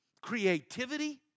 creativity